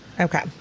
Okay